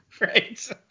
Right